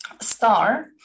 star